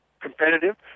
competitive